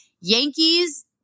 Yankees